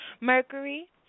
Mercury